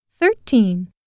Thirteen